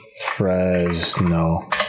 Fresno